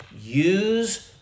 use